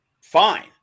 fine